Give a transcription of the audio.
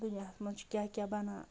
دُنیاہَس منٛز چھِ کیٛاہ کیٛاہ بَنان